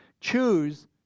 choose